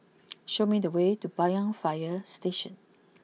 show me the way to Banyan fire Station